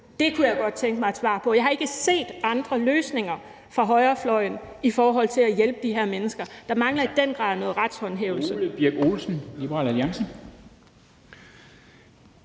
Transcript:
Det kunne jeg godt tænke mig et svar på. Jeg har ikke set andre løsninger fra højrefløjen i forhold til at hjælpe de her mennesker. Der mangler i den grad noget retshåndhævelse.